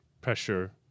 pressure